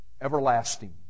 everlasting